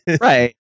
Right